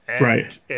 Right